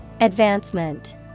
Advancement